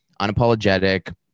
unapologetic